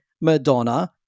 Madonna